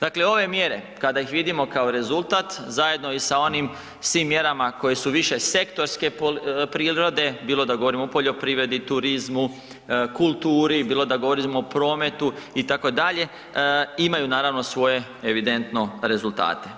Dakle, ove mjere kada ih vidimo kao rezultat zajedno i sa onim svim mjerama koje su više sektorske prirode, bilo da govorimo o poljoprivredi, turizmu, kulturi, bilo da govorimo o prometu itd. imaju naravno svoje evidentno rezultate.